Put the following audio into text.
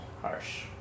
Harsh